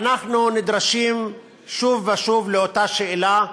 ואנחנו נדרשים שוב ושוב לאותה שאלה,